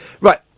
right